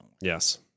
Yes